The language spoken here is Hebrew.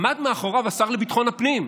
עמד מאחורי השר לביטחון הפנים,